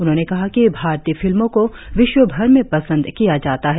उन्होंने कहा कि भारतीय फिल्मों को विश्वभर में पसंद किया जाता है